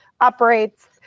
operates